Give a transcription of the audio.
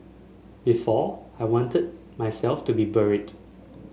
before I wanted myself to be buried